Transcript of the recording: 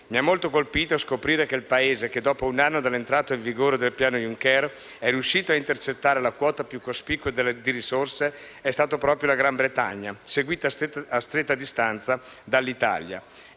Mi ha molto colpito scoprire che il Paese che, dopo un anno dall'entrata in vigore del piano Juncker, è riuscito a intercettare la quota più cospicua di risorse è stato proprio il Regno Unito, seguito a stretta distanza dall'Italia.